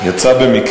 זה הולך ביחד,